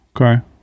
okay